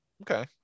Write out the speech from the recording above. Okay